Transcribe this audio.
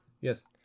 Yes